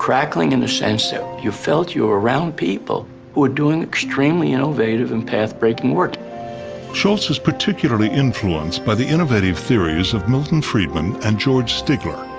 crackling in the sense that you felt you were around people who were doing extremely innovative and path-breaking work. narrator shultz is particularly influenced by the innovative theories of milton friedman and george stigler,